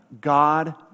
God